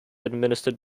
administered